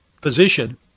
position